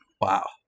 Wow